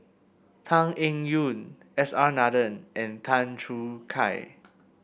Tan Eng Yoon S R Nathan and Tan Choo Kai